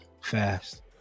fast